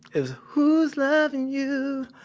it was, who's loving you?